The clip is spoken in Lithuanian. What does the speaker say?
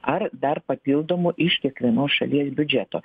ar dar papildomų išteklių nuo šalies biudžeto